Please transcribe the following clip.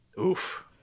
Oof